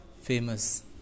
famous